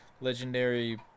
legendary